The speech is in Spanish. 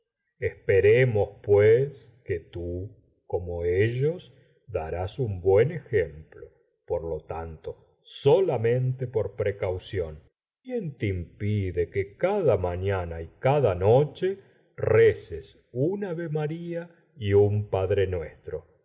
esperemos pues que tú como ellos darás un buen ejemplo por lo tanto solamente por precaución quién te impide que cada mañana y cada noche r eces una avemaia y un